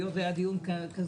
היות והיה דיון כזה,